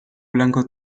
blanco